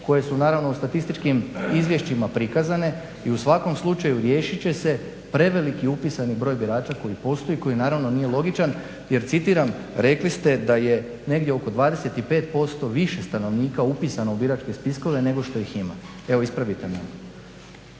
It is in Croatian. koje su naravno u statističkim izvješćima prikazane i u svakom slučaju riješit će se preveliki upisani broj birača koji postoji i koji naravno nije logičan jer citiram rekli ste da je negdje oko 25% više stanovnika upisano u biračke spiskove nego što ih ima. Evo, ispravite me.